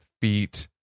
feet